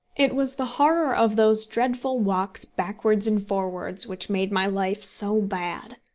it was the horror of those dreadful walks backwards and forwards which made my life so bad.